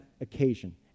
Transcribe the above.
occasion